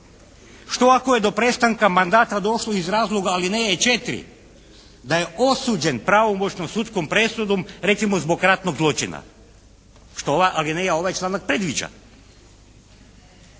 Što ako je do prestanka mandata došlo iz razloga alineje 4. da je osuđen pravomoćnom sudskom presudom recimo zbog ratnog zločina što ova alineja, ovaj članak predviđa.